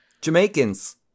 Jamaicans